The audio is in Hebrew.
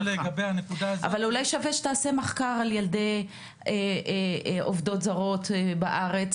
אבל אולי שווה שתעשה מחקר על ילדי עובדות זרות בארץ